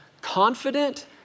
confident